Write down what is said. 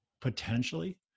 potentially